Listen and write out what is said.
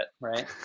right